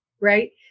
right